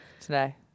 today